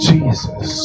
Jesus